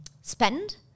spend